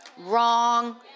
Wrong